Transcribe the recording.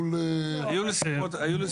אם הוא לא זכאי שבות,